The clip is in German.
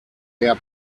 der